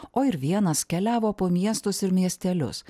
o ir vienas keliavo po miestus ir miestelius